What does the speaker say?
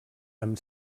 amb